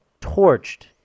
torched